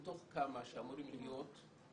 מתוך כמה שאמורים להיות?